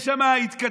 יש שם התקדמות.